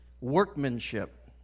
workmanship